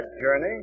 journey